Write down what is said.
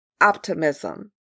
optimism